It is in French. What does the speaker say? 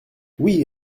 oui